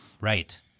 Right